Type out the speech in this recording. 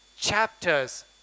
chapters